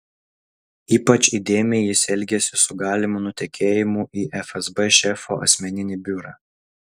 ypač įdėmiai jis elgėsi su galimu nutekėjimu į fsb šefo asmeninį biurą